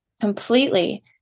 completely